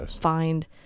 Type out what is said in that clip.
find